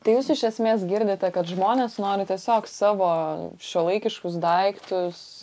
tai jūs iš esmės girdite kad žmonės nori tiesiog savo šiuolaikiškus daiktus